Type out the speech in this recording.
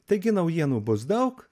taigi naujienų bus daug